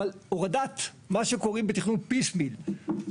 אבל הורדת מה שקוראים בתכנון piece pile,